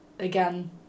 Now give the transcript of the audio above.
Again